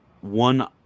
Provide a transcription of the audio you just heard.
one